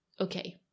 okay